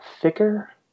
thicker